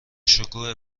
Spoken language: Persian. شکوه